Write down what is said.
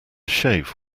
shave